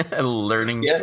learning